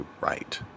right